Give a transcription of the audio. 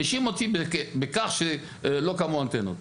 האשים אותי בכך שלא קמו אנטנות.